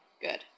Good